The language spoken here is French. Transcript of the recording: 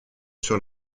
sur